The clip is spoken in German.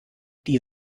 die